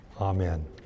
amen